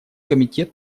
комитет